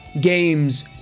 games